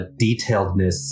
detailedness